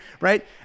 Right